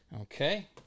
Okay